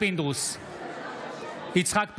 יצחק פינדרוס,